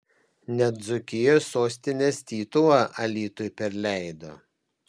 net dzūkijos sostinės titulą alytui perleido